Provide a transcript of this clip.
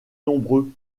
nombreux